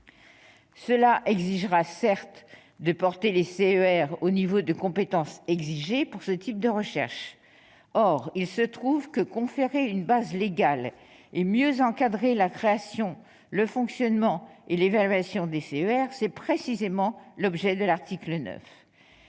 Cela exigera, certes, de porter les CER au niveau de compétences qui est exigé pour ce type de recherches. Or il se trouve que conférer une base légale et mieux encadrer la création, le fonctionnement et l'évaluation des CER, c'est précisément l'objet de l'article 9.